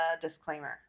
disclaimer